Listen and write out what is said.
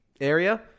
area